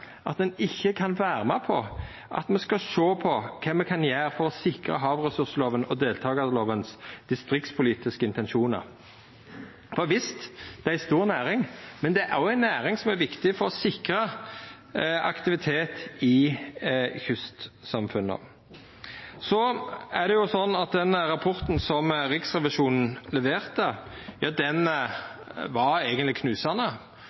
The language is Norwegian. at ein ikkje kan vera med på at me skal sjå på kva me kan gjera for å sikra dei distriktspolitiske intensjonane i havressursloven og deltakarloven. For visst er det ei stor næring, men det er òg ei næring som er viktig for å sikra aktivitet i kystsamfunna. Den rapporten som Riksrevisjonen leverte, var eigentleg knusande. Ein av dei tinga som